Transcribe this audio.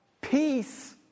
Peace